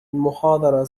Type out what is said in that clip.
المحاضرة